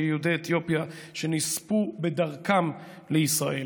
ליהודי אתיופיה שנספו בדרכם לישראל.